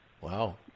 Wow